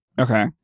okay